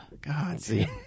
God